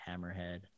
hammerhead